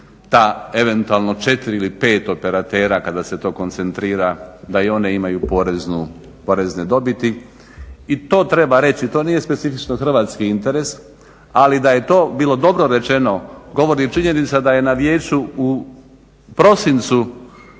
ta eventualno četiri ili pet operatera kada se to koncentrira, da je i one imaju porezne dobiti. I to treba reći, to nije specifično hrvatski interes, ali da je to bilo dobro rečeno govori činjenica da je na Vijeću u prosincu